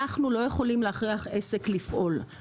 אנחנו לא יכולים להכריח עסק לפעול.